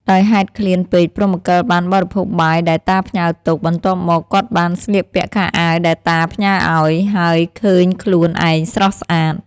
ដោយហេតុឃ្លានពេកព្រហ្មកិលបានបរិភោគបាយដែលតាផ្ញើទុក បន្ទាប់មក គាត់បានស្លៀកពាក់ខោអាវដែលតាផ្ញើឱ្យ ហើយឃើញខ្លួនឯងស្រស់ស្អាត ។